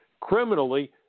Criminally